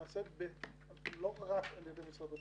נעשית לא רק על ידי משרד הבריאות,